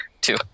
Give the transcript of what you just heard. two